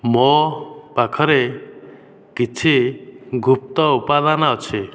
ମୋ ପାଖରେ କିଛି ଗୁପ୍ତ ଉପାଦାନ ଅଛି